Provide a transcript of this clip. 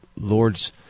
Lord's